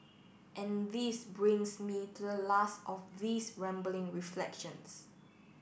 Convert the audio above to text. and this brings me to the last of these rambling reflections